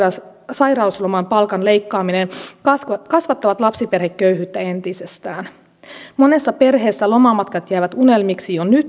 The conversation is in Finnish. sairauslomapalkan leikkaaminen kasvattavat lapsiperheköyhyyttä entisestään monessa perheessä lomamatkat jäävät unelmiksi jo nyt